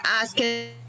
asking